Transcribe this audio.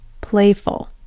playful